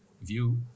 view